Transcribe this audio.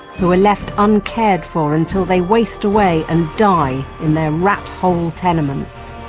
who are left uncared for until they waste away and die in their rat hole tenements.